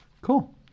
cool